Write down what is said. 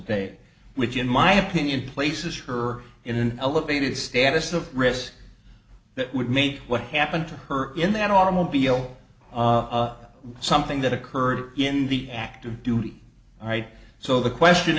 day which in my opinion places her in an elevated status of risk that would make what happened to her in an automobile something that occurred in the active duty all right so the question